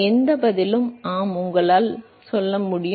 எந்த பதிலும் ஆம் உங்களால் முடியும்